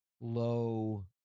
low